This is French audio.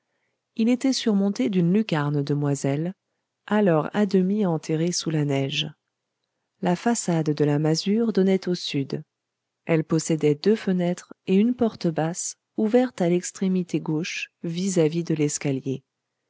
il était surmonté d'une lucarne demoiselle alors à demi enterrée sous la neige la façade de la masure donnait au sud elle possédait deux fenêtres et une porte basse ouverte à l'extrémité gauche vis-à-vis de l'escalier